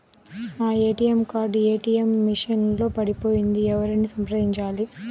నా ATM card ATM machine లో పడిపోయింది ఎవరిని సంప్రదించాలి?